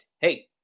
hey